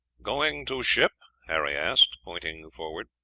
going to ship? harry asked, pointing forward.